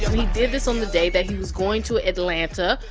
he did this on the day that he was going to atlanta,